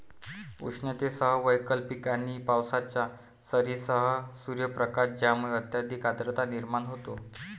उष्णतेसह वैकल्पिक आणि पावसाच्या सरींसह सूर्यप्रकाश ज्यामुळे अत्यधिक आर्द्रता निर्माण होते